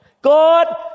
God